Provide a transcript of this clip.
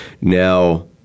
Now